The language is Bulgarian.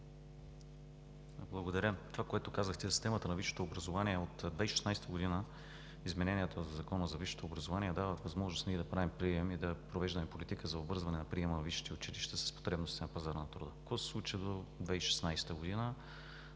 Благодаря. Това, което казахте за системата на висшето образование, е от 2016 г. Изменението на Закона за висшето образование дава възможност ние да правим прием и да провеждаме политика за обвързване на приема за висшите училища с преноса на пазара на труда. Какво се случи през 2016 г.?